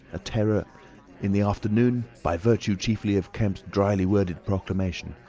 a terror in the afternoon, by virtue chiefly of kemp's drily worded proclamation,